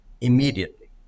immediately